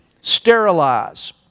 Sterilize